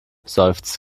seufzt